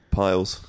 piles